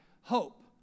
hope